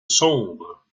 sombre